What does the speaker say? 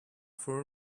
for